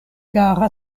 kara